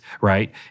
right